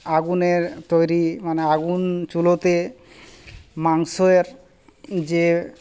আগুনের তৈরি মানে আগুন চুলোতে মাংসয়ের যে